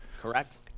Correct